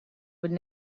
would